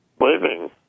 living